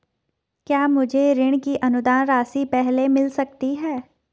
क्या मुझे ऋण की अनुदान राशि पहले मिल सकती है?